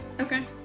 Okay